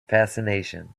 fascination